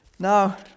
Now